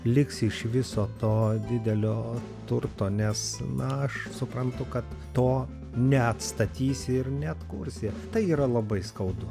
liks iš viso to didelio turto nes na aš suprantu kad to neatstatysi ir neatkursi tai yra labai skaudu